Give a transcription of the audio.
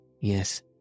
yes